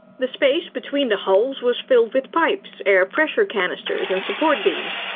the space between the hulls was filled with pipes, air-pressure canisters, and support beams.